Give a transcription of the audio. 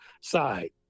side